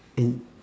age